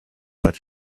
but